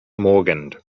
morgan